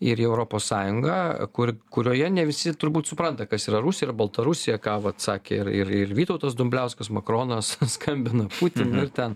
ir į europos sąjungą kur kurioje ne visi turbūt supranta kas yra rusija ir baltarusija ką vat sakė ir ir ir vytautas dumbliauskas makronas skambina putinui ir ten